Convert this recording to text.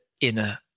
inner